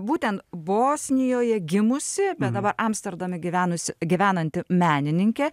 būtent bosnijoje gimusi bet dabar amsterdame gyvenusi gyvenanti menininkė